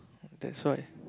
that's right